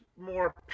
more